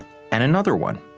and another one.